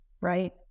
Right